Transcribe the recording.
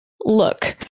look